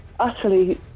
Utterly